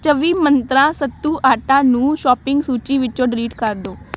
ਚੌਵੀ ਮੰਤਰਾਂ ਸੱਤੂ ਆਟਾ ਨੂੰ ਸ਼ੋਪਿੰਗ ਸੂਚੀ ਵਿੱਚੋਂ ਡਿਲੀਟ ਕਰ ਦਿਉ